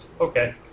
okay